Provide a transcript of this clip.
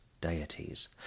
deities